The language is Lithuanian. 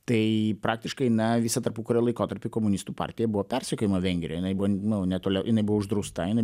tai praktiškai na visą tarpukario laikotarpį komunistų partija buvo persekiojama vengrijo jinai buvo nu netoli jinai buvo uždrausta jinai